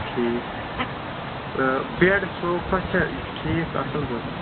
ٹھیٖک bed sofa چھا ٹھیٖک اَصٕل پٲٹھۍ